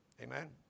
Amen